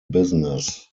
business